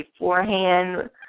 beforehand